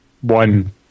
one